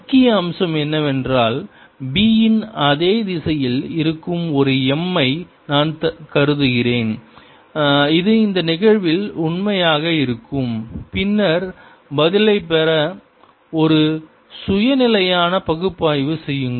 முக்கிய அம்சம் என்னவென்றால் b இன் அதே திசையில் இருக்கும் ஒரு m ஐ நான் கருதுகிறேன் இது இந்த நிகழ்வுகளில் உண்மையாக இருக்கும் பின்னர் பதிலைப் பெற ஒரு சுய நிலையான பகுப்பாய்வு செய்யுங்கள்